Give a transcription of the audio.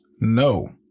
No